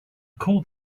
called